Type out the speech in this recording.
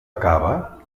acaba